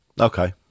Okay